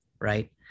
right